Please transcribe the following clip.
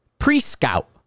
Pre-scout